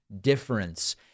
difference